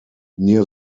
near